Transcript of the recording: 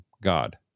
God